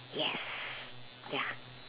yes ya